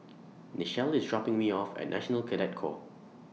Nichelle IS dropping Me off At National Cadet Corps